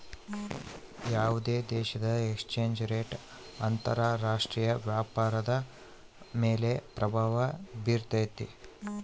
ಯಾವುದೇ ದೇಶದ exchange rate ಅಂತರ ರಾಷ್ಟ್ರೀಯ ವ್ಯಾಪಾರದ ಮೇಲೆ ಪ್ರಭಾವ ಬಿರ್ತೈತೆ